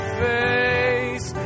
face